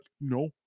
no